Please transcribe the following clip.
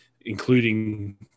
including